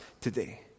today